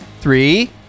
three